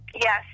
Yes